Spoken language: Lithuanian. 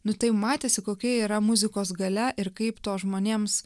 nu tai matėsi kokia yra muzikos galia ir kaip to žmonėms